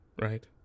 right